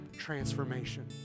transformation